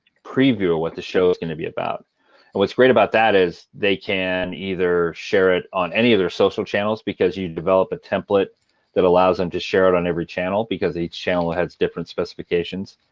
preview of what the show is going to be about. and what's great about that is they can either share it on any other social channels, because you develop a template that allows them to share it on every channel, because each channel has different specifications.